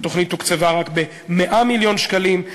התוכנית תוקצבה רק ב-100 מיליון שקלים.